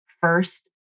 first